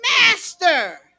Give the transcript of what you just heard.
Master